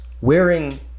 wearing